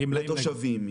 גמלאים תושבים.